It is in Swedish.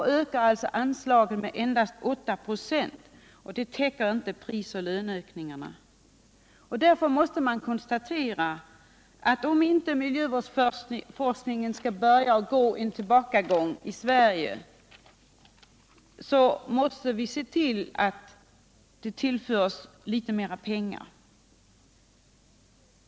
I år ökar alltså anslaget med 8 96, och det täcker inte prisoch löneökningarna. Därför måste jag konstatera att om inte miljövårdsforskningen skall börja gå tillbaka i Sverige måste vi se till att den tillförs litet mer pengar.